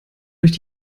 durch